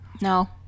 No